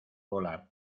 volar